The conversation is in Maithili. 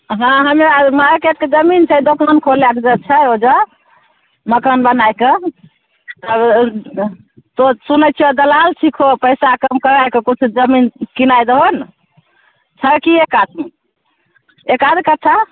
हँ हमे आर मार्केटके जमीन छै दोकान खोलयके छै ओइजाँ मकान बना कऽ तौं सुनय छियौ दलाल छिकहो पैसा कम करा कऽ किछु जमीन किनाय दहो ने छै की आदमी एकाध कट्ठा